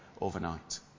overnight